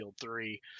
three